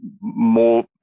more